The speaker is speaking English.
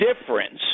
difference